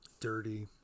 Dirty